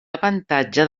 avantatge